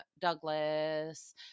Douglas